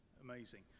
Amazing